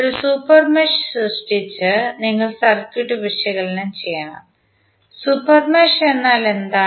ഒരു super mesh സൃഷ്ടിച്ച് നിങ്ങൾ സർക്യൂട്ട് വിശകലനം ചെയ്യണം സൂപ്പർ മെഷ് എന്നാൽ എന്താണ്